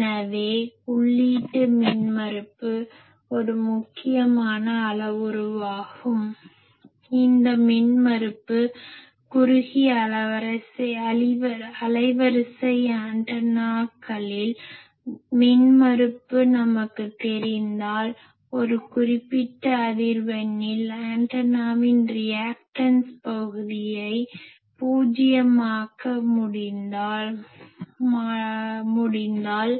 எனவே உள்ளீட்டு மின்மறுப்பு ஒரு மிக முக்கியமான அளவுருவாகும் இந்த மின்மறுப்பு குறுகிய அலைவரிசை ஆண்டனாக்களில் மின்மறுப்பு நமக்குத் தெரிந்தால் ஒரு குறிப்பிட்ட அதிர்வெண்ணில் ஆண்டெனாவின் ரியாக்டன்ஸ் பகுதியை பூஜ்ஜியமாக மாற்ற முடிந்தால்